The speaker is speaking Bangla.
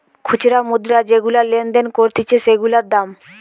খুচরা মুদ্রা যেগুলা লেনদেন করতিছে সেগুলার দাম